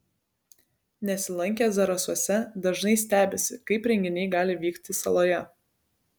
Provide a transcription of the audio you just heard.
nesilankę zarasuose dažnai stebisi kaip renginiai gali vykti saloje